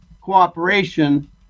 cooperation